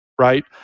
right